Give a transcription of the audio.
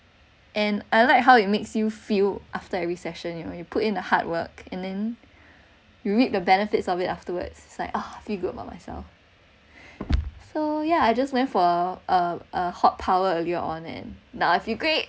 and I like how it makes you feel after every session you know you put in hard work and then you reap the benefits of it afterwards it's like ah I feel good about myself so yeah I just went for a a hot power earlier on and now I feel great